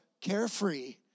carefree